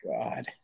God